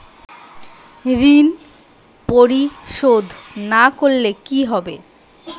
ঋণ পরিশোধ না করলে কি হবে?